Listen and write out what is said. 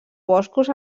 boscos